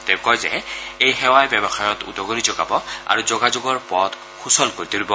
তেওঁ কয় যে এই সেৱাই ব্যৱসায়ত উদগনি যোগাব আৰু যোগাযোগৰ পথ সূচল কৰি তুলিব